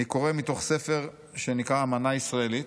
אני קורא מתוך ספר שנקרא "אמנה ישראלית".